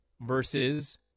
versus